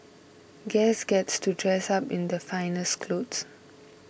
guests get to dress up in their finest clothes